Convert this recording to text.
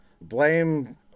blame